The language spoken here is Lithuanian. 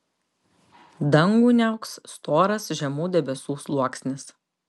dangų niauks storas žemų debesų sluoksnis